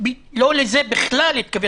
בכלל לא לזה.